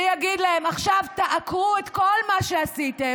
ויגיד להם: עכשיו תעקרו את כל מה שעשיתם,